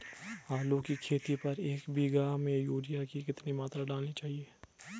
आलू की खेती पर एक बीघा में यूरिया की कितनी मात्रा डालनी चाहिए?